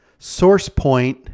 SourcePoint